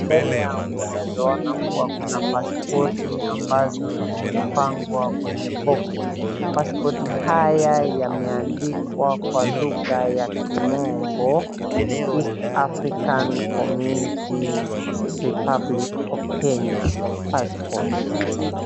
Mbele yangu naeza ona kuwa kuna pasipoti ambazo zimepangwa kwenye boksi. Pasipoti haya yameandikwa kwa lugha ya kimombo East African Community Republic of Kenya Passport.